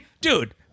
dude